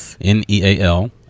N-E-A-L